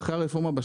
ואחרי הרפורמה,